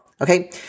Okay